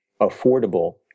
affordable